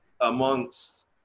amongst